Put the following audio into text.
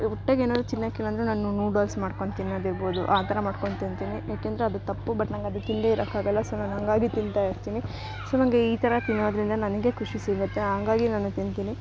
ಹೊಟ್ಟೆಗೆ ಏನಾದರು ತಿನ್ನೋಕ್ ಇಲ್ಲಾಂದರೆ ನಾನು ನೂಡಲ್ಸ್ ಮಾಡ್ಕೊಂಡು ತಿನ್ನೋದಿರ್ಬೋದು ಆ ಥರ ಮಾಡ್ಕೊಂಡು ತಿಂತೀನಿ ಏಕಂದ್ರೆ ಅದು ತಪ್ಪು ಬಟ್ ನಂಗೆ ಅದು ತಿನ್ನದೆ ಇರೋಕ್ಕಾಗೋಲ್ಲ ಸೊ ನಾನು ಹಂಗಾಗಿ ತಿಂತಾ ಇರ್ತಿನಿ ಸೊ ನಂಗೆ ಈ ಥರ ತಿನ್ನೋದ್ರಿಂದ ನನಗೆ ಖುಷಿ ಸಿಗುತ್ತೆ ಹಂಗಾಗಿ ನಾನು ತಿಂತೀನಿ